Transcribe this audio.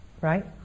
Right